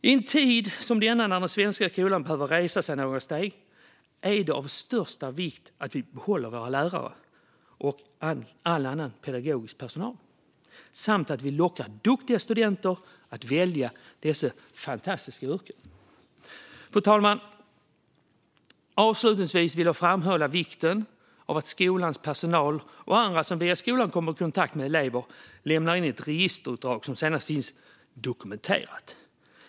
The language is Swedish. I en tid som denna, när den svenska skolan behöver höja sig några steg, är det av största vikt att vi behåller våra lärare och all annan pedagogisk personal samt att vi lockar duktiga studenter att välja dessa fantastiska yrken. Fru talman! Avslutningsvis vill jag framhålla vikten av att skolans personal och andra som via skolan kommer i kontakt med elever lämnar in ett registerutdrag som sedan finns dokumenterat.